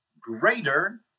greater